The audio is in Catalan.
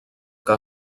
que